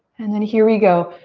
and then here we go,